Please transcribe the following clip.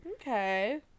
Okay